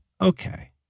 Okay